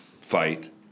fight